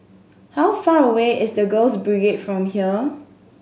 how far away is The Girls Brigade from here